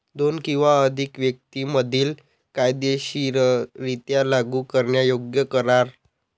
दोन किंवा अधिक व्यक्तीं मधील कायदेशीररित्या लागू करण्यायोग्य करार